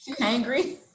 Angry